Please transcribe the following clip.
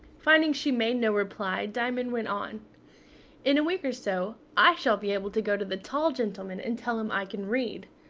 finding she made no reply, diamond went on in a week or so, i shall be able to go to the tall gentleman and tell him i can read.